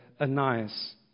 Ananias